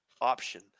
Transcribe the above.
option